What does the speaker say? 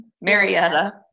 Marietta